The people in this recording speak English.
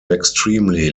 extremely